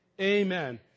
Amen